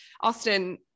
Austin